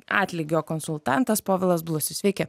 atlygio konsultantas povilas blusius sveiki